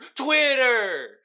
Twitter